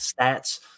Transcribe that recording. stats